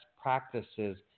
practices